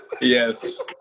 Yes